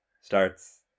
starts